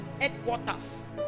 headquarters